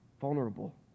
vulnerable